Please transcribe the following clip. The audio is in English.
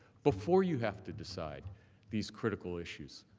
before you have to decide these critical issues.